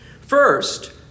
First